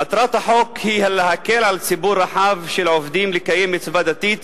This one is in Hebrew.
מטרת החוק היא להקל על ציבור רחב של עובדים לקיים מצווה דתית,